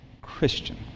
Christian